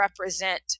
represent